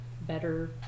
better